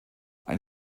ein